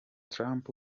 trump